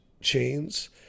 chains